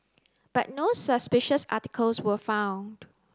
but no suspicious articles were found